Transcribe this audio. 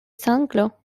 sanglots